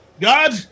God